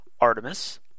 Artemis